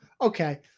okay